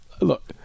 look